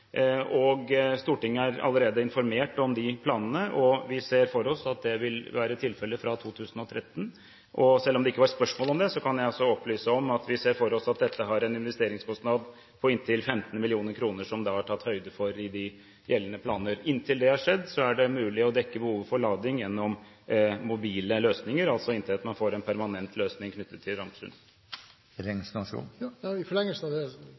Stortinget er allerede informert om de planene, og vi ser for oss at det vil være klart fra 2013. Selv om det ikke var spørsmål om det, kan jeg også opplyse om at vi ser for oss at dette har en investeringskostnad på inntil 15 mill. kr, som da er tatt høyde for i de gjeldende planer. Inntil det har skjedd, er det mulig å dekke behovet for lading gjennom mobile løsninger – altså inntil man får en permanent løsning knyttet til Ramsund. Jeg takker igjen for svaret. I forlengelsen av det